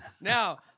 now